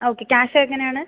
okay cash എങ്ങനെയാണ്